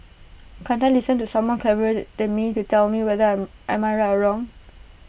can't I listen to someone clever the than me to tell me whether I am right or wrong